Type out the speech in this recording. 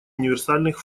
универсальных